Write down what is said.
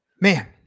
man